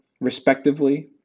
respectively